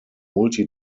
multi